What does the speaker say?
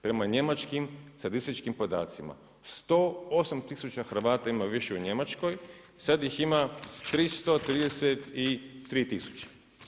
Prema njemačkim statističkim podacima 108 tisuća Hrvata ima više u Njemačkoj, sad ih ima 333 tisuće.